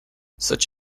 such